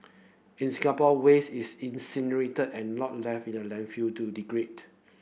in Singapore waste is incinerated and not left in landfill to degrade